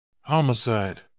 Homicide